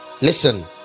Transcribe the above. listen